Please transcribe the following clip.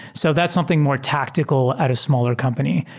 so that's something more tactical at a smaller company.